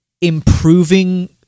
improving